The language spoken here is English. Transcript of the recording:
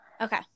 Okay